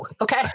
okay